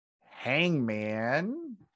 Hangman